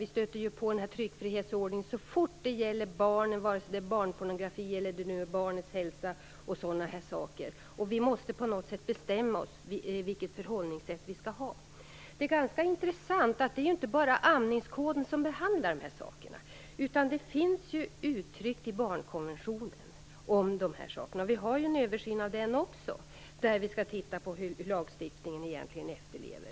Vi stöter ju på tryckfrihetsförordningen så fort det gäller barn, vare sig det är fråga om barnpornografi eller barns hälsa. Vi måste bestämma oss för vilket förhållningssätt som vi skall ha. Det är intressant att det inte bara är amningskoden som behandlar dessa saker. Detta finns ju uttryckt även i barnkonventionen. Det pågår också en översyn av den, där man skall se på hur lagstiftningen efterlevs.